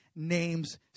name's